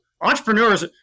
Entrepreneurs